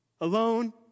Alone